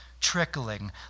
Trickling